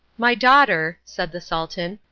my daughter, said the sultan,